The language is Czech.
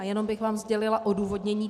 Jenom bych vám sdělila odůvodnění.